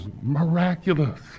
miraculous